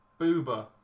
Booba